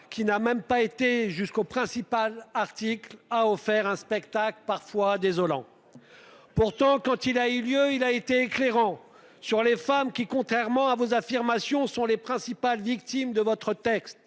Qui n'a même pas été jusqu'au principal article a offert un spectacle parfois désolant. Pourtant, quand il a eu lieu, il a été éclairant sur les femmes qui, contrairement à vos affirmations sont les principales victimes de votre texte